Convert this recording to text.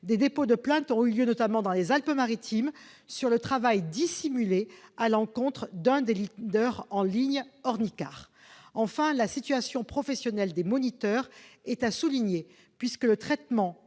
Des dépôts de plaintes ont été enregistrés, notamment dans les Alpes-Maritimes, sur le travail dissimulé à l'encontre de l'un des leaders en ligne, Ornikar. Enfin, la situation professionnelle des moniteurs est à souligner, puisque le traitement,